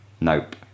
Nope